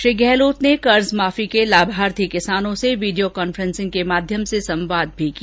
श्री गहलोत ने कर्जमाफी के लाभार्थी किसानों से वीडियो कॉन्फ्रेन्सिग के माध्यम से संवाद भी किया